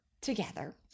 together